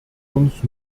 uns